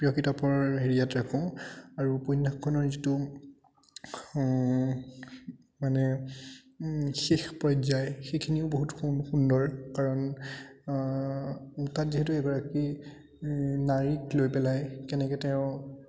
প্ৰিয় কিতাপৰ হেৰিয়াত ৰাখোঁ আৰু উপন্য়াসখনৰ যিটো মানে শেষ পৰ্যায়খিনিও বহুত সুন সুন্দৰ কাৰণ তাত যিহেতু এগৰাকী নাৰীক লৈ পেলাই কেনেকৈ তেওঁ